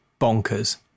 bonkers